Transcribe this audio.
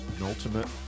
ultimate